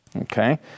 okay